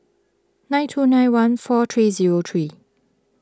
nine two nine one four three zero three